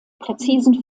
präzisen